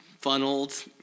funneled